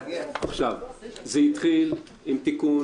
זה התחיל עם תיקון